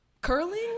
curling